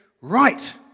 right